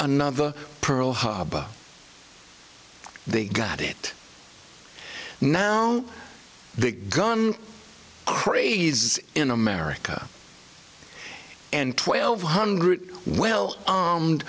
another pearl harbor they got it now big gun crazy in america and twelve hundred well armed